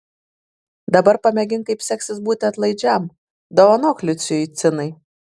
dabar pamėgink kaip seksis būti atlaidžiam dovanok liucijui cinai